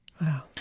Wow